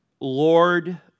Lord